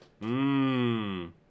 Mmm